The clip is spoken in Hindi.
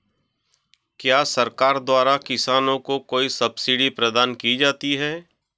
क्या सरकार द्वारा किसानों को कोई सब्सिडी प्रदान की जाती है?